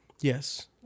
Yes